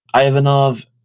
Ivanov